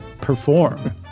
perform